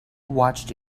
watched